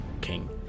King